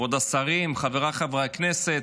כבוד השרים, חבריי חברי הכנסת,